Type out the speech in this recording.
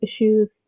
issues